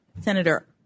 Senator –